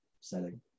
setting